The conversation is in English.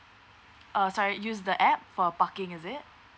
uh sorry use the app for parking is it